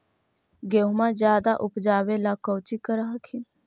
गेहुमा जायदे उपजाबे ला कौची कर हखिन?